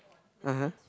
(uh huh)